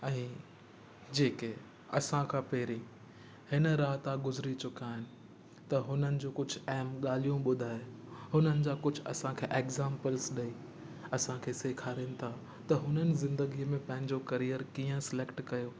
ऐं जेके असांखां पहिरीं हिन राह था गुज़िरी चुका आहिनि त हुननि जूं कुझु अहम ॻाल्हियूं ॿुधाए हुननि जा कुझु असांखे एग्ज़ामपल्स ॾेई असांखे सेखारियुनि था त हुननि ज़िंदगीअ में पंहिंजो करीअर कीअं सिलेक्ट कयो